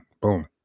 Boom